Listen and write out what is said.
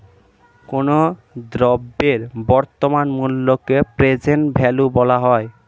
কোনো দ্রব্যের বর্তমান মূল্যকে প্রেজেন্ট ভ্যালু বলা হয়